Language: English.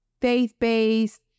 faith-based